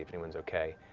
anyone's okay.